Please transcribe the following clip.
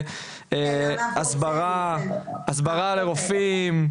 הסברה לרופאים.